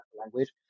language